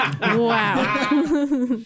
Wow